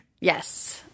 Yes